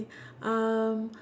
um